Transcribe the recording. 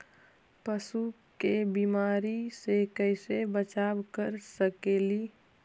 पशु के बीमारी से कैसे बचाब कर सेकेली?